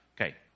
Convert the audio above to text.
Okay